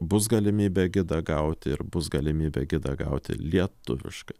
bus galimybė gidą gauti ir bus galimybė kitą gauti lietuviškai